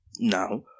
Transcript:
now